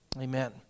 Amen